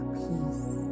peace